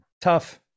Tough